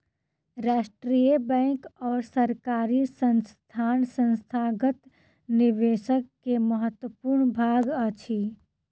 राष्ट्रीय बैंक और सरकारी संस्थान संस्थागत निवेशक के महत्वपूर्ण भाग अछि